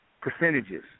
percentages